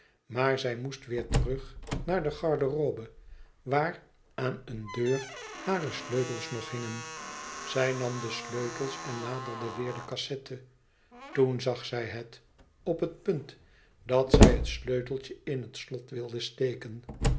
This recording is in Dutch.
maar zij moest weêr terug naar de garderobe waar aan een deur hare sleutels nog hingen zij nam de sleutels en naderde weêr de cassette toen zag zij het op het punt dat zij het sleuteltje in het slot wilde steken